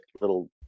little